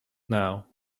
now